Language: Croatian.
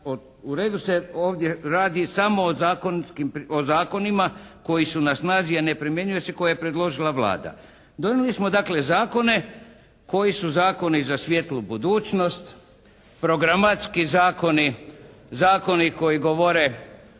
U redu se ovdje radi samo o zakonskim, o zakonima koji su na snazi a ne primjenjuju se, koje je predložila Vlada. Donijeli smo dakle zakone koji su zakoni za svijetlu budućnost, programatski zakoni, zakoni koji govore